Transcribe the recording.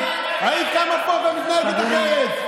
מוחמד, היית קמה פה ומתנהגת אחרת.